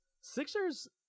Sixers